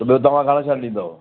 खुलो तव्हां घणे जा ॾींदो